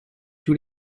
tous